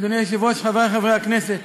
אדוני היושב-ראש, חברי חברי הכנסת,